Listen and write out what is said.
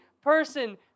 person